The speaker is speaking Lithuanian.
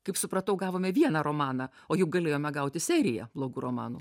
kaip supratau gavome vieną romaną o juk galėjome gauti seriją blogų romanų